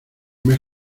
mes